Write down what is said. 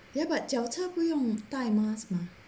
ya but 脚车不用戴 mask mah